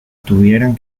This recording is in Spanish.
tuvieran